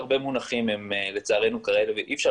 הרבה מונחים לצערנו כרגע אי אפשר אי